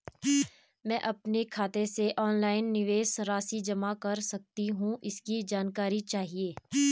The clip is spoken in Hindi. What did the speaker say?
मैं अपने खाते से ऑनलाइन निवेश राशि जमा कर सकती हूँ इसकी जानकारी चाहिए?